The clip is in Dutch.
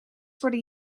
worden